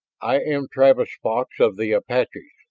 i am travis fox, of the apaches.